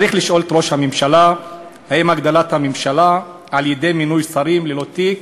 צריך לשאול את ראש הממשלה אם הגדלת הממשלה על-ידי מינוי שרים ללא תיק